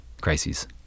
crises